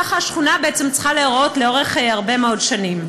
ככה השכונה בעצם צריכה להיראות לאורך הרבה מאוד שנים.